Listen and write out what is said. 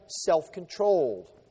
self-controlled